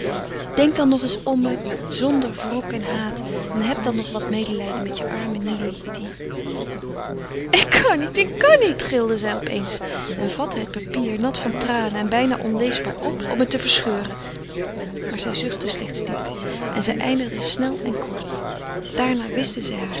denk dan nog eens om me zonder wrok en haat en heb dan nog wat medelijden met je arme nily die ik kan niet ik kan niet gilde zij opeens en vatte het papier nat van tranen en bijna onleesbaar op om het te verscheuren maar zij zuchtte slechts diep en zij eindigde snel en kort daarna wischte zij